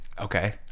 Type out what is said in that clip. okay